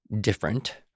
different